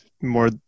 more